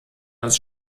als